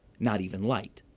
not even light.